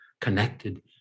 connected